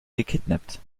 gekidnappt